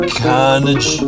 carnage